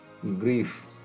Grief